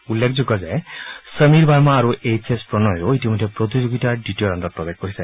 উল্লেখযোগ্য যে সমীৰ বাৰ্মা আৰু এইছ প্ৰণয়ো ইতিমধ্যে প্ৰতিযোগিতাৰ দ্বিতীয় ৰাউণ্ডত প্ৰৱেশ কৰিছে